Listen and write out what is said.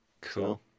cool